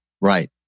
Right